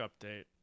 update